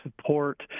support